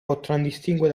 contraddistingue